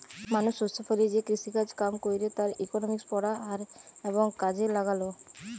মানুষ শস্য ফলিয়ে যে কৃষিকাজ কাম কইরে তার ইকোনমিক্স পড়া আর এবং কাজে লাগালো